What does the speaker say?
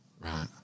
Right